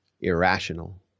irrational